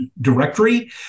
directory